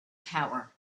power